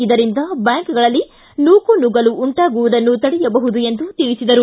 ಇದರಿಂದ ಬ್ಯಾಂಕ್ಗಳಲ್ಲಿ ನೂಕುನುಗ್ಗಲು ಉಂಟಾಗುವುದನ್ನು ತಡೆಯಬಹುದು ಎಂದು ತಿಳಿಸಿದರು